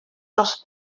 dros